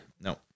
No